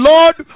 Lord